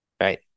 right